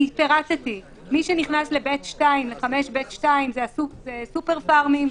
פירטתי מי שנכנס ל-5ב2 זה הסופר פארמים,